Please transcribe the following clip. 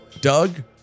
Doug